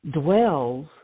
dwells